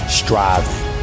striving